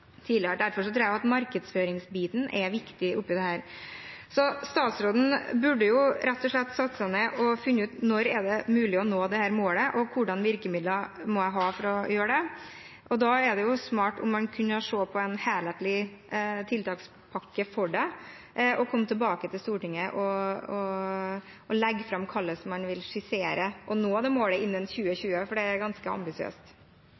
tidligere. Derfor tror jeg at markedsføringsbiten er viktig i dette. Statsråden burde rett og slett sette seg ned og finne ut når det er mulig å nå dette målet, og hvilke virkemidler man må ha for å gjøre det. Da ville det være smart om man kunne se på en helhetlig tiltakspakke for det, komme tilbake til Stortinget og legge fram hvordan man vil skissere å nå det målet innen 2020, for det er ganske ambisiøst.